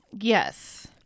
Yes